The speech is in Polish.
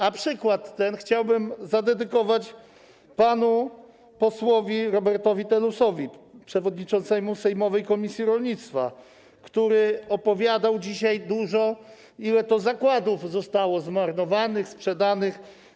Ten przykład chciałbym zadedykować panu posłowi Robertowi Telusowi, przewodniczącemu sejmowej komisji rolnictwa, który opowiadał dzisiaj dużo o tym, ile to zakładów zostało zmarnowanych, sprzedanych.